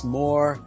more